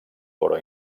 però